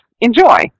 Enjoy